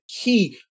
key